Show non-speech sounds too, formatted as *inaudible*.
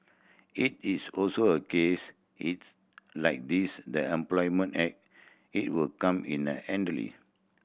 it is also a case its like these that Employment Act it will come in *unintelligible*